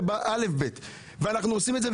זה אל"ף-בי"ת ואנחנו עושים את זה,